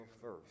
first